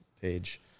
page